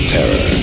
Terror